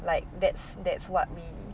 like that's that's what we